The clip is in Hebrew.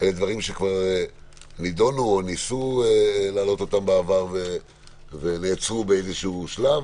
שאלה דברים שנידונו כבר או ניסו להעלות אותם בעבר ונעצרו באיזשהו שלב,